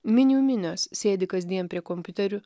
minių minios sėdi kasdien prie kompiuterių